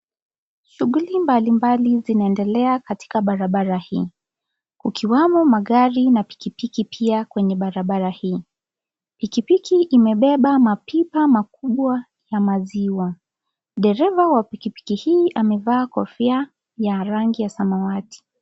Shughuli mbalimbali zinaendelea katika barabara hii. Ukiwamo magari na pikipiki pia kwenye barabara hii. Pikipiki imebeba mapipa makubwa ya maziwa. Dereva wa pikipiki hii amevaa kofia ya rangi ya samawati.